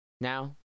Now